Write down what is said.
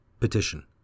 Petition